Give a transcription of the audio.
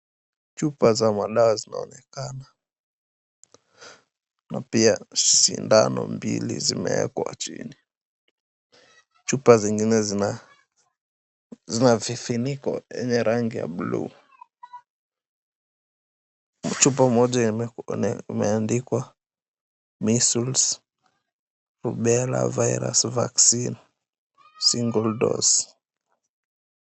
Chupa za madawa zinaonekana na pia sindano mbili zimewekwa chini. Chupa zengine zina vifiniko yenye rangi ya bluu. Chupa moja imeandikwa, Measles Rubella Virus Vaccine Single Dose.